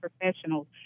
professionals